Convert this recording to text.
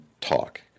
talk